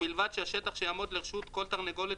ובלבד שהשטח שיעמוד לרשות כל תרנגולת